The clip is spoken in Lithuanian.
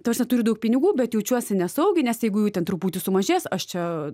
taprasme turiu daug pinigų bet jaučiuosi nesaugiai nes jeigu jų ten truputį sumažės aš čia